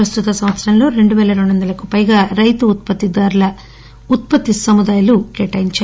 ప్రస్తుత సంవత్సరంలో రెండు పేల రెండు వందలకు పైగా రైతు ఉత్పత్తిదారుల ఉత్పత్తి సముదాయాలను కేటాయించారు